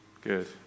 Good